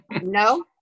No